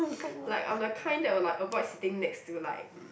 like I'm the kind that will like avoid sitting next to like mm